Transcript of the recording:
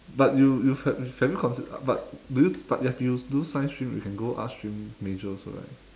but you you have have you considered but will you but you have you do science stream you can go arts stream major also right